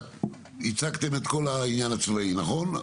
הצגתם את כל העניין הצבאי, נכון?